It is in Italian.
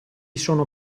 sono